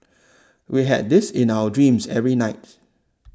we had this in our dreams every night